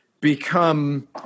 become